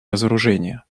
разоружения